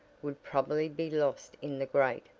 would probably be lost in the great,